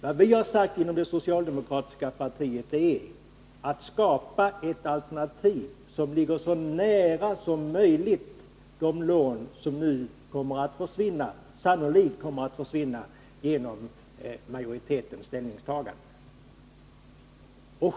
Vad vi har sagt inom socialdemokratiska partiet är att vi skapat ett alternativ som ligger så nära som möjligt de lån som nu sannolikt kommer att försvinna genom majoritetens ställningstagande.